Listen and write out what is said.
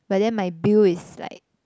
but then my bill is like